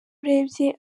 urebye